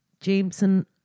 Jameson